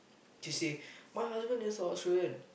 she say my husband is Australian